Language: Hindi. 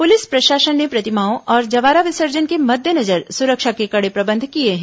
पुलिस प्रशासन ने प्रतिमाओं और जवारा विसर्जन के मद्देनजर सुरक्षा के कड़े प्रबंध किए हैं